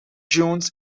dunes